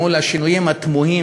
מול השינויים התמוהים